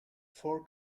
four